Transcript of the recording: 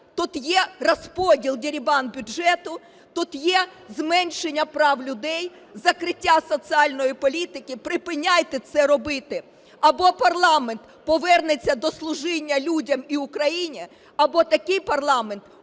Тут є розподіл, дерибан бюджету, тут є зменшення прав людей, закриття соціальної політики. Припиняйте це робити! Або парламент повернеться до служіння людям і Україні, або такий парламент